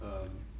um